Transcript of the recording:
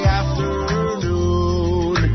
afternoon